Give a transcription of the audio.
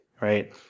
right